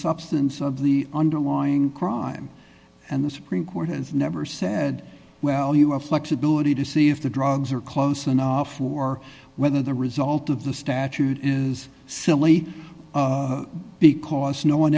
substance of the underlying crime and the supreme court has never said well you have flexibility to see if the drugs are close enough or whether the result of the statute is silly because no one